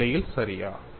இந்த நிலையில் சரியா